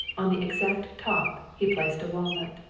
on the exact top he placed a walnut.